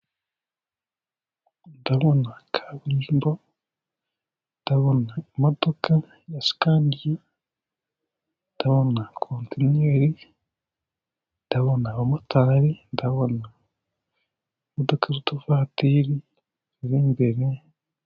Ndabona kaburimbo, ndabona imodoka ya sikaniya, ndabona kontineri, ndabona abamotari, ndabona imodoka z'utuvatiri iri imbere.